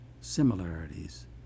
similarities